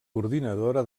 coordinadora